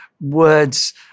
words